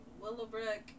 Willowbrook